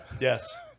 yes